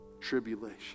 tribulation